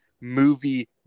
movie